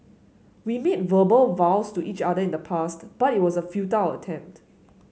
we made verbal vows to each other in the past but it was a futile attempt